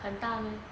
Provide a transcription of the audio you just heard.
很大 meh